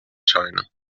china